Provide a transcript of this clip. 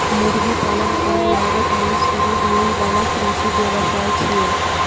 मुर्गी पालन कम लागत मे शुरू होइ बला कृषि व्यवसाय छियै